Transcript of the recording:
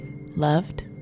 Loved